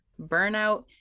burnout